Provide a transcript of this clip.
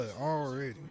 already